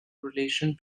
relation